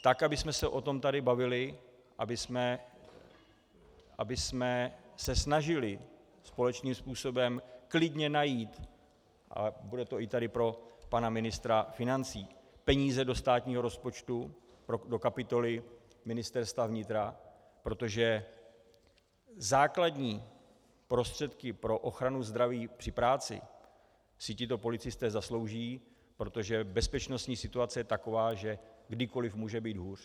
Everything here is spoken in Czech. Tak abychom se o tom tady bavili, abychom se snažili společným způsobem klidně najít, a bude to tady i pro pana ministra financí, peníze do státního rozpočtu do kapitoly Ministerstva vnitra, protože základní prostředky pro ochranu zdraví při práci si tito policisté zaslouží, protože bezpečnostní situace je taková, že kdykoli může být hůř.